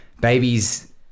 babies